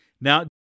Now